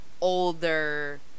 older